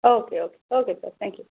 okay okay okay sir thank you